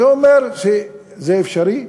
זה אומר שזה אפשרי,